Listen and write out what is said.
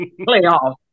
Playoffs